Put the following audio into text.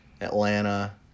Atlanta